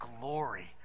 glory